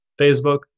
Facebook